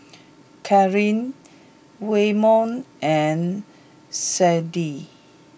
Kathlyn Waymon and Sydnee